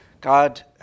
God